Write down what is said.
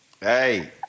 Hey